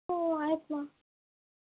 हो आहेत ना